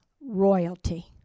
royalty